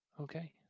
Okay